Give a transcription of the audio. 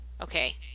okay